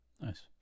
Nice